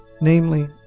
namely